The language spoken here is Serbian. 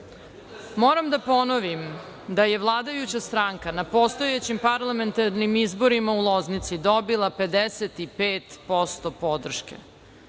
Moram da ponovim da je vladajuća stranka na postojećim parlamentarnim izborima u Loznici dobila 55% podrške.